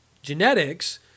Genetics